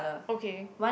okay